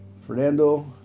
Fernando